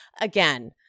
again